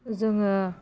जोङो